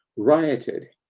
rioted.